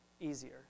easier